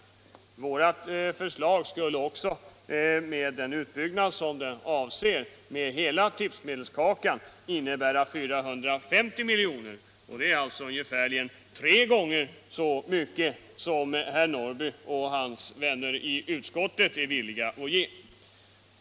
Men vårt förslag skulle, med den utbyggnad som avses till hela tipsmedelskakan, innebära 450 milj.kr. — alltså ungefär tre gånger så mycket som herr Norrby och hans vänner i utskottet är villiga att ge.